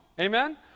Amen